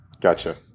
Gotcha